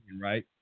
right